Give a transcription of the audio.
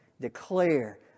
declare